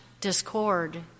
discord